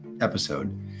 episode